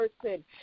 person